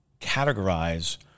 categorize